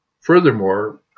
furthermore